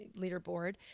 leaderboard